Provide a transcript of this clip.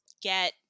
get